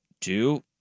two-